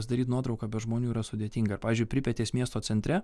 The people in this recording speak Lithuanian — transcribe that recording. pasidaryt nuotrauką be žmonių yra sudėtinga pavyzdžiui pripetės miesto centre